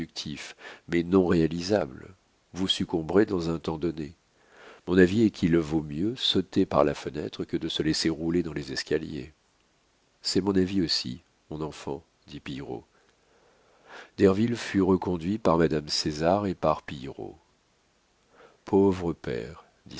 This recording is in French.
mais non réalisable vous succomberez dans un temps donné mon avis est qu'il vaut mieux sauter par la fenêtre que de se laisser rouler dans les escaliers c'est mon avis aussi mon enfant dit pillerault derville fut reconduit par madame césar et par pillerault pauvre père dit